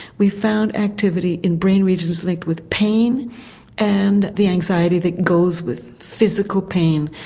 we found activity in brain regions linked with pain and the anxiety that goes with physical pain.